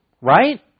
right